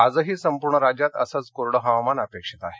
आजही संपूर्ण राज्यात असंच कोरडं हवामान अपेक्षित आहे